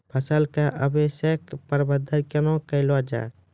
फसलक अवशेषक प्रबंधन कूना केल जाये?